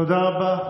תודה רבה.